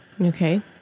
Okay